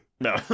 No